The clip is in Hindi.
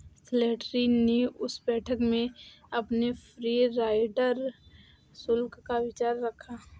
स्लैटरी ने उस बैठक में अपने फ्री राइडर शुल्क का विचार रखा